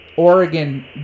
Oregon